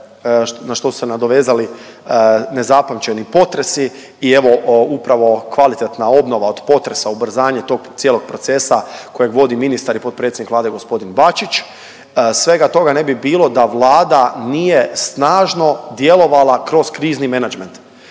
na što su se nadovezali nezapamćeni potresi i evo upravo kvalitetna obnova od potresa, ubrzanje tog cijelog procesa kojeg vodi ministar i potpredsjednik g. Bačić, svega toga ne bi bilo da Vlada nije snažno djelovala kroz krizni menadžment.